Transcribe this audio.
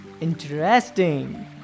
Interesting